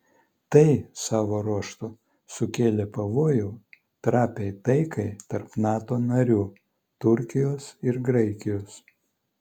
tai savo ruožtu sukėlė pavojų trapiai taikai tarp nato narių turkijos ir graikijos